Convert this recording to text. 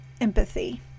empathy